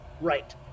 right